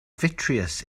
vitreous